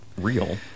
real